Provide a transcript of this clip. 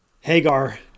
Hagar